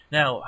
Now